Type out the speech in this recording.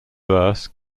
verse